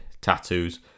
tattoos